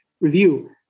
review